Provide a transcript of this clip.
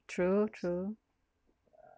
true true